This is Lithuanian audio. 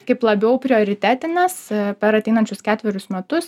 kaip labiau prioritetines per ateinančius ketverius metus